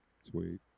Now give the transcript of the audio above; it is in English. Sweet